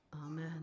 amen